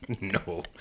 no